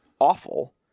awful